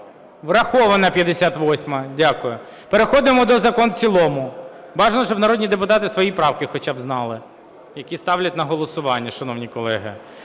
Врахована 58-а, дякую. Переходимо до закон в цілому. Бажано, щоб народні депутати свої правки хоча б знали, які ставлять на голосування, шановні колеги.